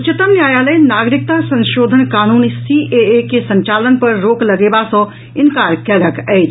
उच्चतम न्यायालय नागरिकता संशोधन कानून सीएए के संचालन पर रोक लगेबा सॅ इंकार कयलक अछि